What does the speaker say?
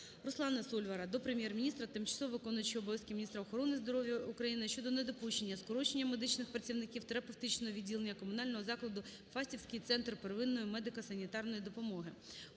Руслана Сольвара до Прем'єр-міністра, тимчасово виконуючої обов'язки міністра охорони здоров'я України щодо недопущення скорочення медичних працівників терапевтичного відділення комунального закладу "Фастівський Центр первинної медико-санітарної допомоги".